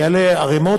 זה יעלה ערמות,